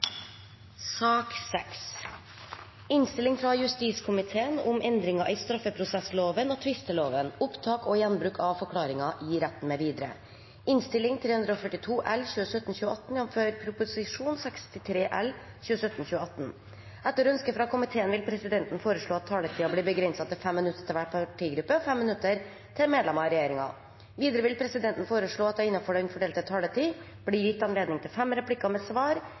Etter ønske fra justiskomiteen vil presidenten foreslå at taletiden blir begrenset til 5 minutter til hver partigruppe og 5 minutter til medlemmer av regjeringen. Videre vil presidenten foreslå at det – innenfor den fordelte taletid – blir gitt anledning til inntil fem replikker med svar